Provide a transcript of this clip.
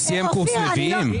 הוא סיים קורס נביאים?